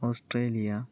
Australia